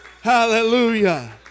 Hallelujah